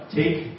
take